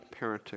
parenting